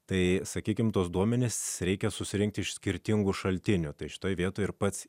tai sakykime tuos duomenis reikia susirinkti iš skirtingų šaltinių tai šitoje vietoje ir pats